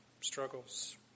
struggles